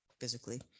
physically